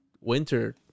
winter